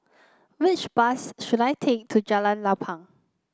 which bus should I take to Jalan Lapang